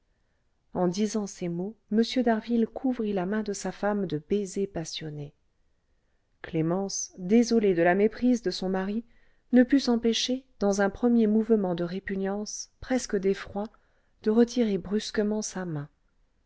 en disant ces mots m d'harville couvrit la main de sa femme de baisers passionnés clémence désolée de la méprise de son mari ne put s'empêcher dans un premier mouvement de répugnance presque d'effroi de retirer brusquement sa main